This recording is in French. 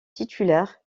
titulaire